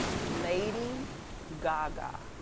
lady gaga.